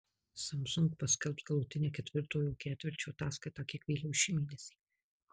samsung paskelbs galutinę ketvirtojo ketvirčio ataskaitą kiek vėliau šį mėnesį